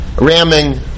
ramming